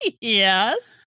yes